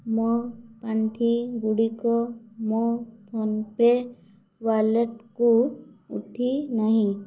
ମୋ ପାଣ୍ଠିଗୁଡ଼ିକ ମୋ ଫୋନ୍ପେ' ୱାଲେଟକୁ ଉଠି ନାହିଁ